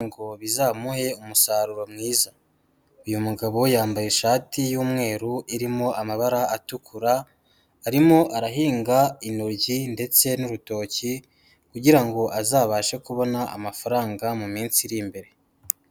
Ngo bizamuhe umusaruro mwiza. Uyu mugabo yambaye ishati y'umweru irimo amabara atukura, arimo arahinga intoryi ndetse n'urutoki, kugira ngo azabashe kubona amafaranga mu minsi iri imbere.